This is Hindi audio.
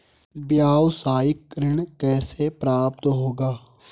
व्यावसायिक ऋण कैसे प्राप्त होगा?